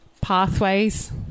pathways